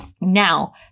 Now